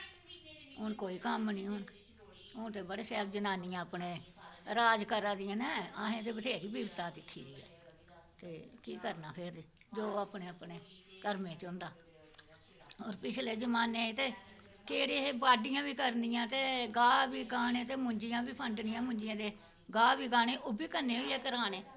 हून कोई कम्म निं ऐ हून ते बड़ा शैल जनानियां अपने राज करा दियां न असें ते फिर बिपता दिक्खी दी ऐ ते केह् करना फिर दुक्ख अपने अपने कर्में च होंदा ते पिच्छले जमाने केह्ड़े हे बाड्ढियां बी करनियां गाह् बी गाह्ने ते मुंजियां बी फंड्डनियां ते गाह् बी गाह्ने ते ओह्बी कन्नै होइयै कराने